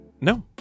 No